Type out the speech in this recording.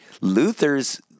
Luther's